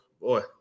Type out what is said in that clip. boy